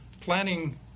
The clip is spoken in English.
planning